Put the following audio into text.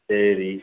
சரி